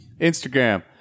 Instagram